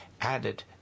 added